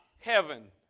heaven